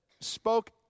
spoke